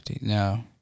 no